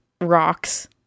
rocks